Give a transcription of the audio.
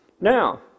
Now